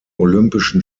olympischen